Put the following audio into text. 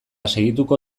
segituko